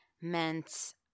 meant